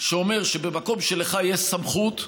שאומר שבמקום שלך יש סמכות,